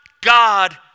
God